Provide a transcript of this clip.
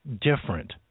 different